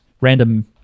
random